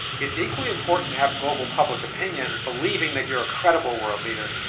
it's equally important to have global public opinion believing that you're a credible world leader.